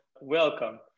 welcome